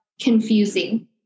confusing